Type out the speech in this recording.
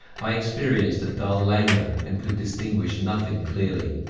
i experienced a dull languor and could distinguish nothing clearly.